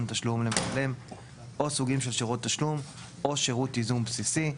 תשלום למשלם או סוגים של שירות תשלום או שירות ייזום בסיסי.